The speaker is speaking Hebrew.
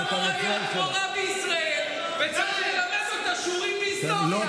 קטי אמורה להיות מורה בישראל וצריך ללמד אותה שיעורים בהיסטוריה.